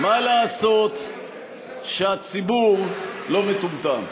מה לעשות שהציבור לא מטומטם.